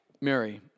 Mary